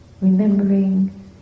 remembering